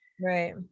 right